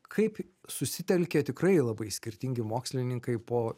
kaip susitelkė tikrai labai skirtingi mokslininkai po